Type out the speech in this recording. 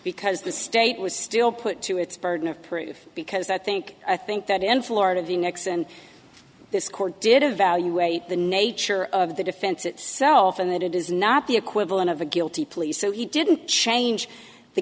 because the state was still put to its burden of proof because i think i think that in florida the next and this court did evaluate the nature of the defense itself and that it is not the equivalent of a guilty plea so he didn't change the